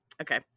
Okay